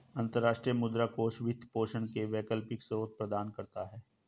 अंतर्राष्ट्रीय मुद्रा कोष वित्त पोषण के वैकल्पिक स्रोत प्रदान करता है